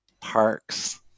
parks